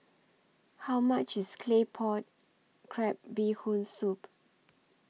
How much IS Claypot Crab Bee Hoon Soup